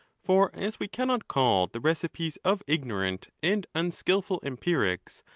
for as we cannot call the recipes of ignorant and unskilful empirics,